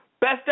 best